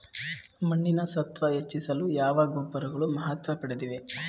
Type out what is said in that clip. ಮಣ್ಣಿನ ಸತ್ವ ಹೆಚ್ಚಿಸಲು ಯಾವ ಗೊಬ್ಬರಗಳು ಮಹತ್ವ ಪಡೆದಿವೆ?